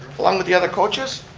along with the other coaches.